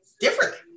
differently